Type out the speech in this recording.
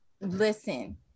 listen